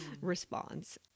response